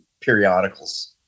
periodicals